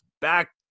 back